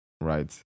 right